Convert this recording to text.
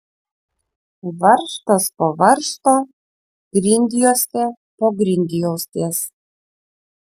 varžtas po varžto grindjuostė po grindjuostės